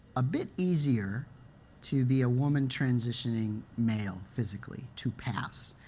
a bit easier to be a woman transitioning male physically, to pass.